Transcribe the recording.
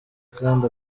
kandi